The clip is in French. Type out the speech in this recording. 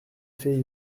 fait